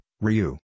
Ryu